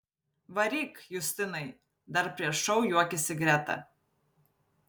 varyk justinai dar prieš šou juokėsi greta